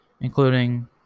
including